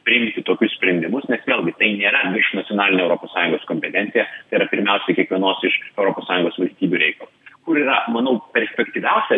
priimti tokius sprendimus nes vėlgi tai nėra viršnacionalinė europos sąjungos kompetencija yra pirmiausia kiekvienos iš europos sąjungos valstybių reikalas kur yra manau prespektyviausia